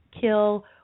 kill